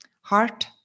Heart